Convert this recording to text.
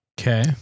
Okay